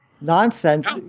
nonsense